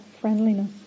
friendliness